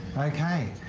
ok.